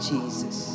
Jesus